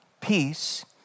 peace